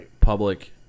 public